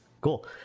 Cool